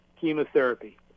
chemotherapy